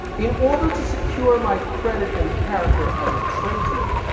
in order to secure my credit and character as a tradesman,